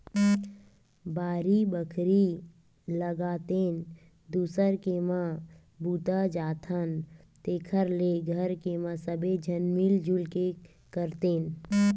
बाड़ी बखरी लगातेन, दूसर के म बूता जाथन तेखर ले घर के म सबे झन मिल जुल के करतेन